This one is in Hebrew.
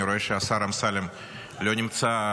אני רואה שהשר אמסלם לא נמצא,